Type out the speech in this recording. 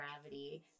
gravity